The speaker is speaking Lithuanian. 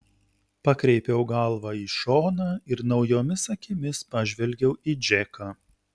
pakreipiau galvą į šoną ir naujomis akimis pažvelgiau į džeką